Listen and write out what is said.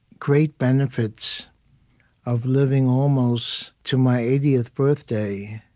great benefits of living almost to my eightieth birthday